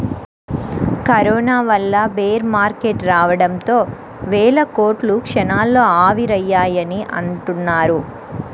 corona వల్ల bear market రావడంతో వేల కోట్లు క్షణాల్లో ఆవిరయ్యాయని అంటున్నారు